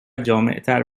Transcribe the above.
جامعتر